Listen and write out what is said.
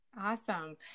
Awesome